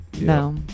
No